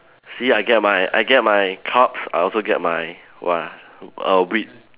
see I get my I get my carbs I also get my what ah err wheat